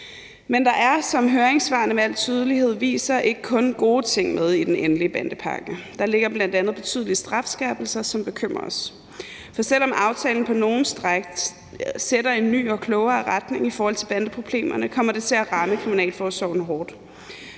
Men der er, som høringssvarene med al tydelighed viser, ikke kun gode ting med i den endelige bandepakke. Der ligger bl.a. betydelige strafskærpelser, som bekymrer os. For selv om aftalen på nogle stræk sætter en ny og klogere retning i forhold til bandeproblemerne, kommer det til at ramme kriminalforsorgen hårdt.